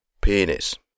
penis